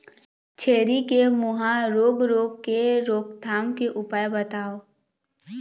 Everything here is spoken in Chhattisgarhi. छेरी के मुहा रोग रोग के रोकथाम के उपाय बताव?